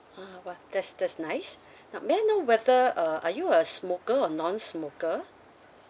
ah !wah! that's that's nice now may I know whether uh are you a smoker or non-smoker